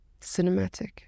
cinematic